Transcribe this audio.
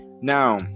Now